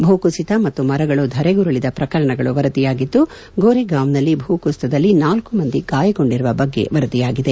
ಭೂಕುಸಿತ ಮತ್ತು ಮರಗಳು ಧರೆಗುರುಳಿದ ಪ್ರಕರಣಗಳು ವರದಿಯಾಗಿದ್ದು ಗೋರೆಗಾಂವ್ ನಲ್ಲಿ ಭೂಕುಸಿತದಲ್ಲಿ ನಾಲ್ಕು ಮಂದಿ ಗಾಯಗೊಂಡಿರುವ ಬಗ್ಗೆ ವರದಿಯಾಗಿದೆ